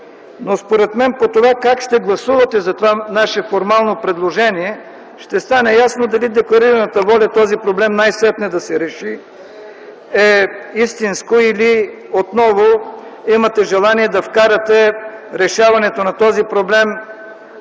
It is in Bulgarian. но според мен по това как ще гласувате за това наше формално предложение, ще стане ясно дали е истинска декларираната воля този проблем най-сетне да се реши, или отново имате желание да вкарате решаването на този проблем